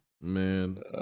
man